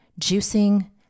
juicing